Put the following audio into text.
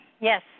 Yes